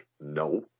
No